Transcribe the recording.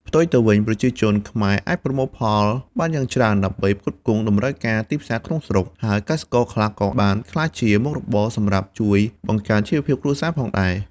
ផ្ទុយទៅវិញ ប្រជាជនខ្មែរអាចប្រមូលផលបានយ៉ាងច្រើនដើម្បីផ្គត់ផ្គង់តម្រូវការទីផ្សារក្នុងស្រុក ហើយកសិករខ្លះក៏បានក្លាយជាមុខរបរសម្រាប់ជួយបង្កើនជីវភាពគ្រួសារផងដែរ។